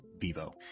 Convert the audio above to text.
Vivo